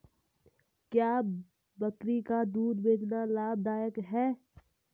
क्या बकरी का दूध बेचना लाभदायक है?